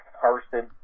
harvested